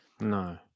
No